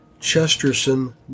Chesterson